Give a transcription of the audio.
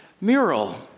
mural